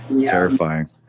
terrifying